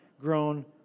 grown